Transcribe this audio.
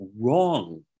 wrong